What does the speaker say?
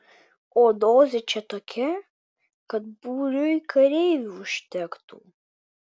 o dozė čia tokia kad būriui kareivių užtektų